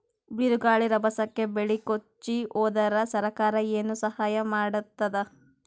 ಬಿರುಗಾಳಿ ರಭಸಕ್ಕೆ ಬೆಳೆ ಕೊಚ್ಚಿಹೋದರ ಸರಕಾರ ಏನು ಸಹಾಯ ಮಾಡತ್ತದ?